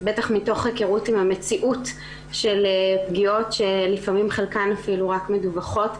בטח מתוך היכרות עם המציאות של פגיעות שלפעמים חלקן אפילו רק מדווחות.